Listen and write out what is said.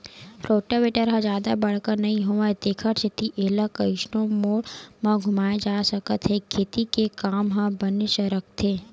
rotavator ह जादा बड़का नइ होवय तेखर सेती एला कइसनो मोड़ म घुमाए जा सकत हे खेती के काम ह बने सरकथे